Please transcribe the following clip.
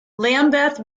lambeth